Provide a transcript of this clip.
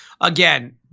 again